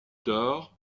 tard